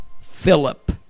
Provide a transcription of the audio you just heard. Philip